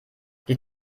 die